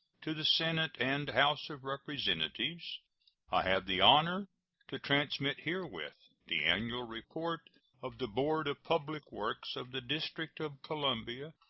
to the senate and house of representatives i have the honor to transmit herewith the annual report of the board of public works of the district of columbia,